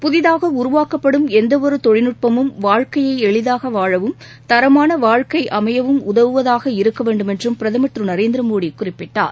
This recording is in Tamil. புதிதாக உருவாக்கப்படும் எந்த ஒரு தொழில்நட்பமும் வாழ்க்கையை எளிதாக வாழவும் தரமான வாழ்க்கை அமையவும் உதவுவதாக இருக்க வேண்டுமென்றும் பிரதமர் திரு நரேந்திர மோடி குறிப்பிட்டார்